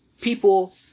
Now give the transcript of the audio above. People